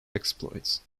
exploits